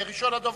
ראשון הדוברים,